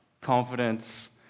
Confidence